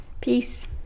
Peace